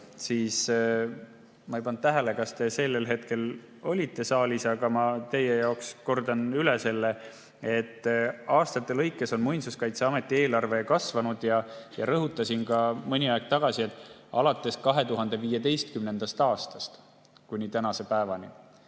siis ma ei pannud tähele, kas te sellel hetkel olite saalis, aga ma teie jaoks kordan üle, et aastate lõikes on Muinsuskaitseameti eelarve kasvanud. Ma rõhutasin ka mõni aeg tagasi, et alates 2015. aastast kuni tänase päevani